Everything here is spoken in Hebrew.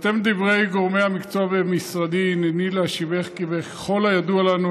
בהתאם לדברי גורמי המקצוע במשרדי הינני להשיבך כי ככל הידוע לנו,